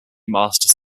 master